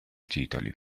titoli